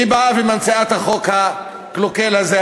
היא באה וממציאה את החוק הקלוקל הזה,